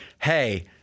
hey